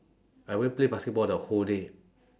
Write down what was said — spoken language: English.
I went play basketball the whole day